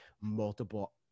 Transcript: multiple